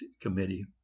committee